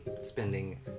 spending